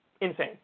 Insane